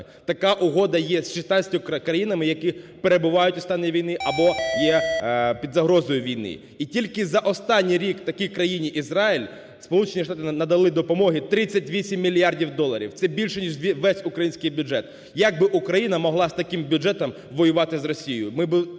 Така угода є з 16 країнами, які перебувають у стані війни або є під загрозою війни. І тільки за останній рік такій країні як Ізраїль Сполучені Штати надали допомоги 38 мільярдів доларів – це більше ніж весь український бюджет. Як би Україна могла з таким бюджетом воювати з Росією,